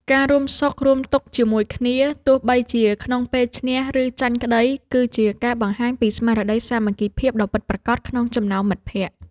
ការរួមសុខរួមទុក្ខជាមួយគ្នាទោះបីជាក្នុងពេលឈ្នះ ឬចាញ់ក្តី គឺជាការបង្ហាញពីស្មារតីសាមគ្គីភាពដ៏ពិតប្រាកដក្នុងចំណោមមិត្តភក្តិ។